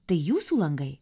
tai jūsų langai